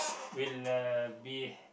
will uh be